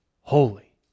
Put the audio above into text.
holy